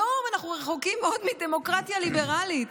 היום אנחנו רחוקים מאוד מדמוקרטיה ליברלית,